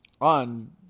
On